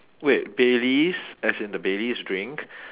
wait baileys as in the baileys drink